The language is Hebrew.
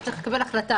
הוא צריך קבל החלטה.